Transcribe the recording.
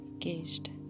caged